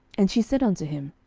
and she said unto him,